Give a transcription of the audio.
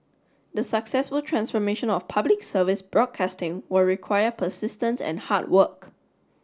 the successful transformation of Public Service broadcasting will require persistence and hard work